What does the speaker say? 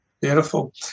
Beautiful